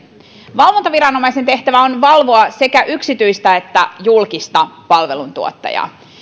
valvontaviranomaisen tehtävä on valvoa sekä yksityistä että julkista palveluntuottajaa